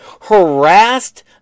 harassed